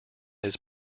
his